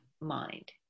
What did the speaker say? mind